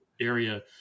area